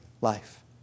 life